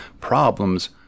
problems